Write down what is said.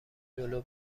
جلو